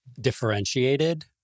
differentiated